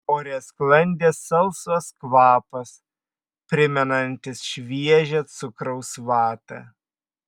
ore sklandė salsvas kvapas primenantis šviežią cukraus vatą